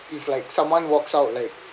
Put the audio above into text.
if like someone walks out like